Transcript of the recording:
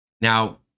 Now